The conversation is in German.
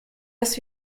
dass